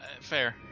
Fair